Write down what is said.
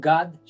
God